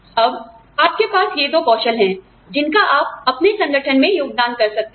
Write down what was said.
अब आपके पास ये दो कौशल हैं जिनका आप अपने संगठन में योगदान कर सकते हैं